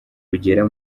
rugera